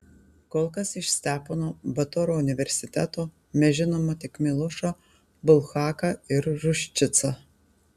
kol kas iš stepono batoro universiteto mes žinome tik milošą bulhaką ir ruščicą